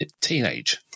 teenage